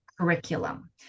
curriculum